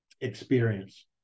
experience